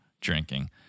drinking